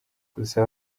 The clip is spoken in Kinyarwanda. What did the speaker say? gusa